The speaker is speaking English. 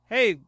Hey